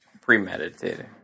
premeditated